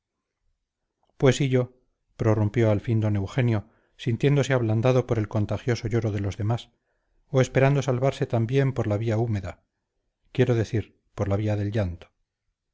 pues y yo prorrumpió al fin don eugenio sintiéndose ablandado por el contagioso lloro de los demás o esperando salvarse también por la vía húmeda quiero decir por la vía del llanto